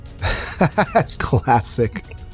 Classic